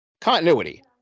Continuity